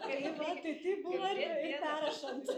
tai va tai taip buvo ir ir perrašant